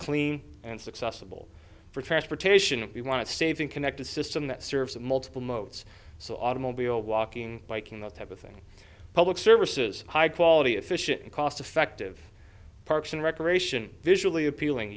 clean and successful for transportation if we want to save and connect a system that serves the multiple modes so automobile walking biking that type of thing public services high quality efficient and cost effective parks and recreation visually appealing